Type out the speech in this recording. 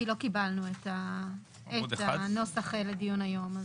כי לא קיבלנו את הנוסח לדיון היום.